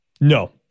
No